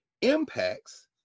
impacts